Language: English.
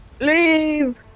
Leave